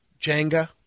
Jenga